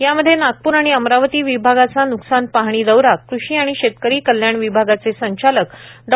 यामध्ये नागप्र आणि अमरावती विभागाचा न्कसान पाहणी दौरा कृषी आणि शेतकरी कल्याण विभागाचे संचालक डॉ